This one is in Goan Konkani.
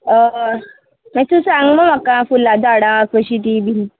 मागी तू सांग मो म्हाका फुलां झाडां कशीं तीं बी